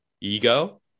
ego